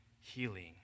healing